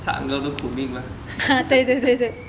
怕 uncle 都苦命吗